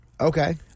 Okay